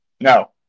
No